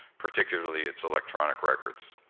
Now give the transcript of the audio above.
particularly its electronic records.